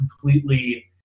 completely